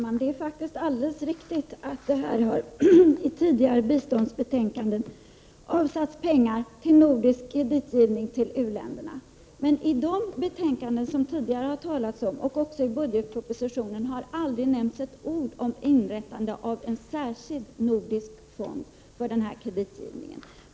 Fru talman! Ja, det är alldeles riktigt att det i tidigare biståndsbetänkanden har avsatts pengar till nordisk kreditgivning till u-länderna. Men i de betänkanden som det tidigare har talats om, och också i budgetpropositionen, har det aldrig nämnts ett ord om inrättande av en särskild nordisk fond för denna kreditgivning.